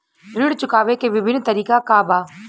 ऋण चुकावे के विभिन्न तरीका का बा?